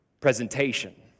presentation